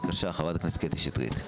בבקשה, חבר הכנסת קטי שטרית.